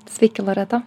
sveiki loreta